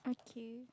okay